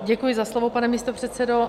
Děkuji za slovo, pane místopředsedo .